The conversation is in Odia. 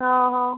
ହଁ ହଁ